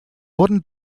wurde